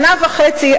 שנה וחצי,